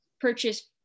purchase